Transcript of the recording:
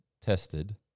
tested